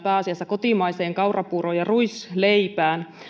pääasiassa kotimaiseen kaurapuuroon ja ruisleipään säätövoimana